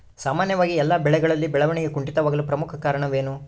ಸಾಮಾನ್ಯವಾಗಿ ಎಲ್ಲ ಬೆಳೆಗಳಲ್ಲಿ ಬೆಳವಣಿಗೆ ಕುಂಠಿತವಾಗಲು ಪ್ರಮುಖ ಕಾರಣವೇನು?